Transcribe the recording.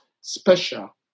special